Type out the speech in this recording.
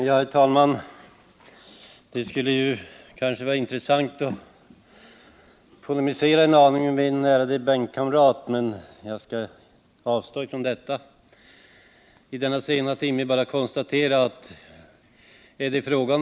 Herr talman! Det skulle kanske vara intressant att polemisera mot min ärade bänkkamrat, men jag skall avstå från detta vid denna sena timme.